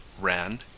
ran